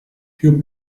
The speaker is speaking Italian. più